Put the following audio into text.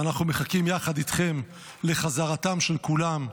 ואנחנו מחכים יחד איתכן לחזרתם של כולם.